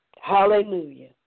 Hallelujah